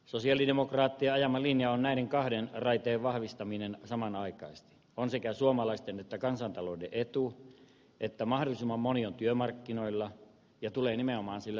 sosialidemokraatti ajama linja on näiden kahden raiteen vahvistaminen samanaikaisesti sekä suomalaisten että kansantalouden etu että mahdollisimman moni on työmarkkinoilla ja tulee nimenomaan sille